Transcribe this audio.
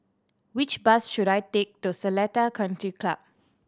which bus should I take to Seletar Country Club